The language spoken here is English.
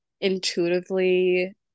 intuitively